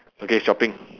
okay shopping